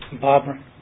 Barbara